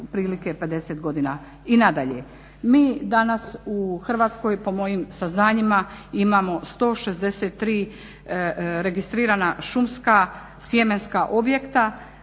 otprilike 50 godina. I nadalje, mi danas u Hrvatskoj, po mojim saznanjima, imamo 163 registrirana šumska sjemenska objekta